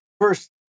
First